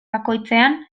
bakoitzean